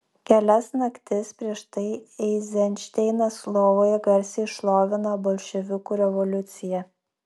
kelias naktis prieš tai eizenšteinas lovoje garsiai šlovina bolševikų revoliuciją